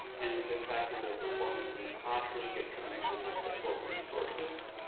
and it's impacting their performance in the classroom, get connected with support resources,